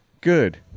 good